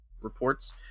reports